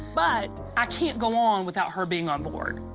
but i can't go on without her being onboard.